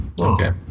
Okay